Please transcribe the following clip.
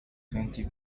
twenty